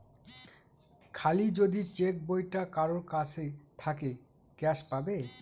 খালি যদি চেক বইটা কারোর কাছে থাকে ক্যাস পাবে